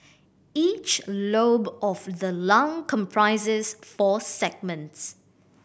each lobe of the lung comprises four segments